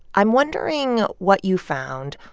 i'm wondering what you found.